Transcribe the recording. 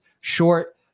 short